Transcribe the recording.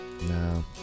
No